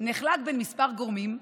נחלק בין כמה גורמים,